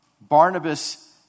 Barnabas